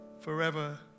forever